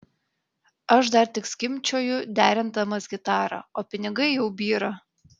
aš dar tik skimbčioju derindamas gitarą o pinigai jau byra